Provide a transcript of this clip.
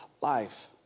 life